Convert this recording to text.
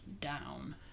down